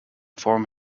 form